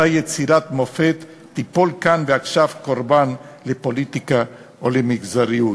אותה יצירת מופת תיפול כאן ועכשיו קורבן לפוליטיקה או למגזריות.